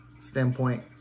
standpoint